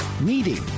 meeting